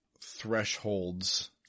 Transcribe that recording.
thresholds